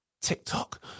TikTok